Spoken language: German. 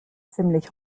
ziemlich